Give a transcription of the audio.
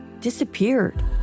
disappeared